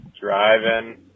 Driving